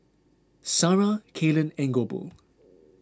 Sarrah Kaylen and Goebel